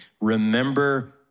remember